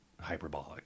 hyperbolic